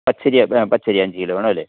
പച്ചരി ആ പച്ചരി അഞ്ച് കിലോ വേണമല്ലേ